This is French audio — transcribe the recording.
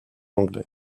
anglais